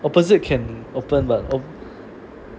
opposite can open but oh